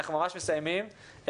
אנחנו מסיימים.